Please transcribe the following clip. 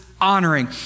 Honoring